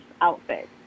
outfit